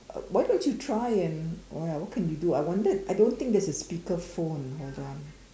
uh why don't you try and oh ya what can you do I wondered I don't think there's a speaker phone hold on